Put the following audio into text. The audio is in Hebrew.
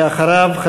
ואחריו,